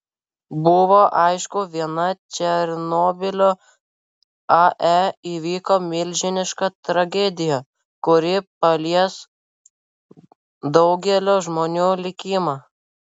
buvo aišku viena černobylio ae įvyko milžiniška tragedija kuri palies daugelio žmonių likimą